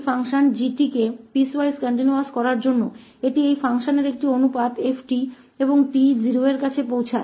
तो फलन 𝑔𝑡 piecewise continuous है क्योंकि यह इस फलनका अनुपात है ft और जैसे ही t 0 के करीब पहुंचता है